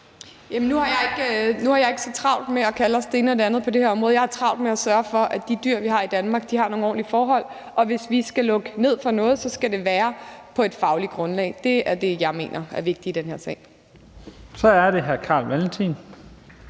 Nu har jeg ikke så travlt med at kalde os det ene og det andet på det her område. Jeg har travlt med at sørge for, at de dyr, vi har i Danmark, har nogle ordentlige forhold. Hvis vi skal lukke ned for noget, skal det være på et fagligt grundlag. Det er det, jeg mener er vigtigt i den her sag. Kl. 15:30 Første